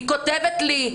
היא כותבת לי: